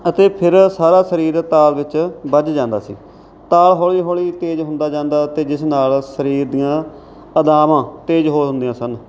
ਅਤੇ ਫਿਰ ਸਾਰਾ ਸਰੀਰ ਤਾਲ ਵਿੱਚ ਬੱਝ ਜਾਂਦਾ ਸੀ ਤਾਲ ਹੌਲੀ ਹੌਲੀ ਤੇਜ਼ ਹੁੰਦਾ ਜਾਂਦਾ ਅਤੇ ਜਿਸ ਨਾਲ ਸਰੀਰ ਦੀਆਂ ਅਦਾਵਾਂ ਤੇਜ਼ ਹੋ ਜਾਂਦੀਆਂ ਸਨ